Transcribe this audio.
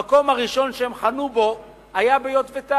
המקום הראשון שהם חנו בו היה יטבתה.